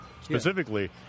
specifically